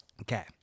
okay